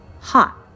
hot